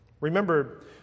Remember